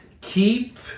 Keep